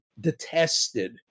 detested